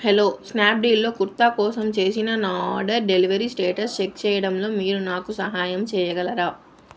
hello స్నాప్డీల్లో కుర్తా కోసం చేసిన నా ఆర్డర్ డెలివరీ స్టేటస్ చెక్ చేయడంలో మీరు నాకు సహాయం చేయగలరా